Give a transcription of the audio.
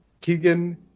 Keegan